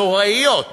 הנוראות